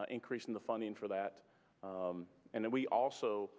force increasing the funding for that and then we also